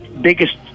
biggest